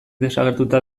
desagertuta